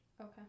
Okay